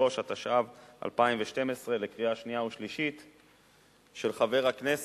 103), התשע"ב 2012, הצעת חוק פרטית של חבר הכנסת